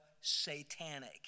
satanic